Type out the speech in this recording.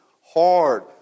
hard